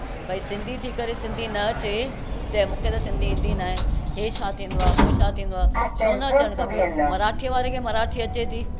भई सिंधी थी करे सिंधी न अचे चए मूंखे त सिंधी ईंदी न आहे इहे छा थींदो आहे उहो छा थींदो आहे छो न अचणु खपे मराठी वारे खे मराठी अचे थी